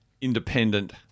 independent